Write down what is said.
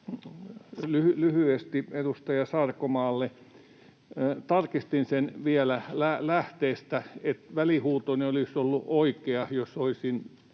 Lyhyesti edustaja Sarkomaalle: Tarkistin sen vielä lähteistä, että välihuutoni olisi ollut oikea, jos olisin